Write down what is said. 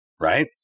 right